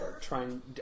trying